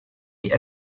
die